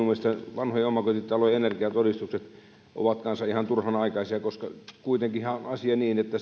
vanhojen omakotitalojen energiatodistukset ovat kanssa ihan turhanaikaisia koska kuitenkinhan on asia niin että